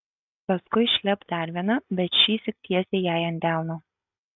paskui šlept dar viena bet šįsyk tiesiai jai ant delno